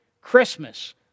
Christmas